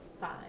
five